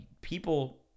people